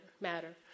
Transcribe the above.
matter